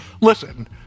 listen